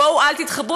בואו אל תתחבאו,